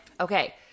Okay